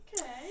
Okay